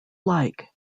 like